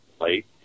late